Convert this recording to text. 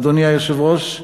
אדוני היושב-ראש,